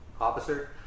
officer